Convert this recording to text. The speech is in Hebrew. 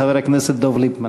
חבר הכנסת דב ליפמן.